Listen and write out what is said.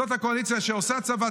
זאת הקואליציה שעושה צבא,